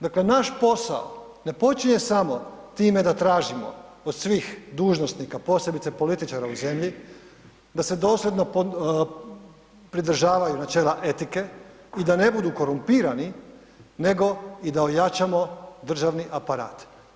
Dakle, naš posao ne počinje samo time da tražimo od svih dužnosnika, posebice političara u zemlji da se dosljedno pridržavaju načela etike i da ne budu korumpirani nego i da ojačamo državni aparat.